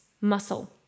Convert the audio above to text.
muscle